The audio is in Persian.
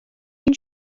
این